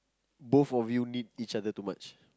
both of you need each other too much